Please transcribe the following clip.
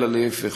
אלא להפך.